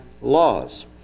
laws